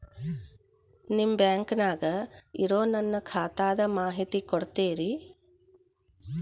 ನಿಮ್ಮ ಬ್ಯಾಂಕನ್ಯಾಗ ಇರೊ ನನ್ನ ಖಾತಾದ ಮಾಹಿತಿ ಕೊಡ್ತೇರಿ?